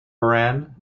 moran